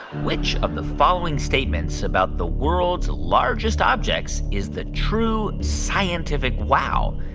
which of the following statements about the world's largest objects is the true scientific wow?